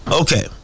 Okay